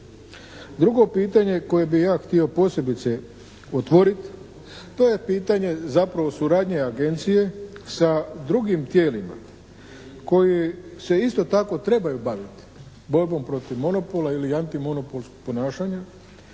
Drugo pitanje koje bih ja htio posebice otvoriti to je pitanje zapravo suradnje Agencije sa drugim tijelima koji se isto tako trebaju baviti borbom protiv monopola ili anti monopolskog ponašanja,